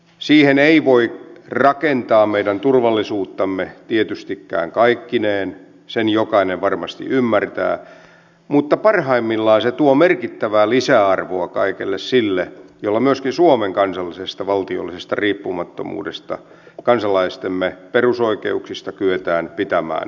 siihen ei tietystikään voi rakentaa meidän turvallisuuttamme kaikkineen sen jokainen varmasti ymmärtää mutta parhaimmillaan se tuo merkittävää lisäarvoa kaikelle sille jolla myöskin suomen kansallisesta valtiollisesta riippumattomuudesta kansalaistemme perusoikeuksista kyetään pitää huoli